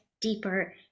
deeper